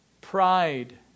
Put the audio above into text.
pride